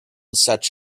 such